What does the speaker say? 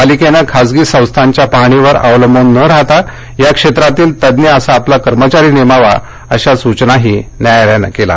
पालिकेनं खासगी संस्थांच्या पाहणीवर अवलंबून न राहता या क्षेत्रातील तद्न्य असा आपला कर्मचारी नेमावा अश्या न्यायालयानं सूचना दिल्या